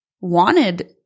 wanted